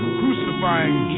crucifying